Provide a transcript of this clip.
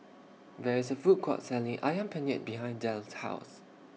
There IS A Food Court Selling Ayam Penyet behind Delle's House